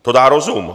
To dá rozum.